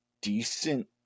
decent